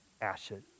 ashes